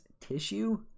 tissue